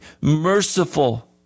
merciful